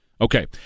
Okay